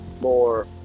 more